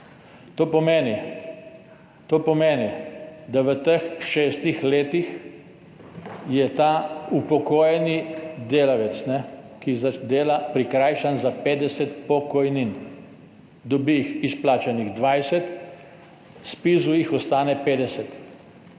To pomeni, da je v teh šestih letih ta upokojeni delavec, ki dela, prikrajšan za 50 pokojnin, izplačanih dobi 20, Zpizu jih ostane 50.